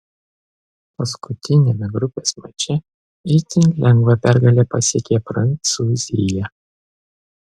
paskutiniame grupės mače itin lengvą pergalę pasiekė prancūzija